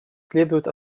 следует